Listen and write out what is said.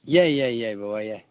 ꯌꯥꯏ ꯌꯥꯏ ꯌꯥꯏ ꯕꯕꯥ ꯌꯥꯏ